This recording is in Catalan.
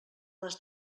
les